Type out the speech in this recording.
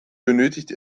benötigt